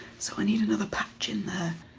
so i need another patch in there.